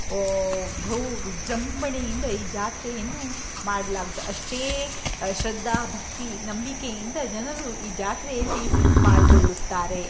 ಬಹು ವಿಜೃಂಭಣೆಯಿಂದ ಈ ಜಾತ್ರೆಯನ್ನು ಮಾಡಲಾಗುತ್ತೆ ಅಷ್ಟೇ ಶ್ರದ್ಧಾ ಭಕ್ತಿ ನಂಬಿಕೆಯಿಂದ ಜನರು ಈ ಜಾತ್ರೆಯಲ್ಲಿ ಪಾಲ್ಗೊಳ್ಳುತ್ತಾರೆ